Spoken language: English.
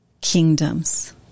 kingdoms